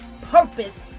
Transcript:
purpose